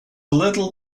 little